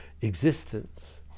existence